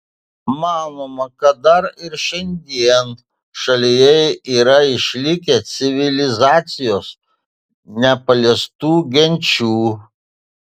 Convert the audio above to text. manoma kad dar ir šiandien šalyje yra išlikę civilizacijos nepaliestų genčių